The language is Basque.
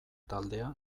taldea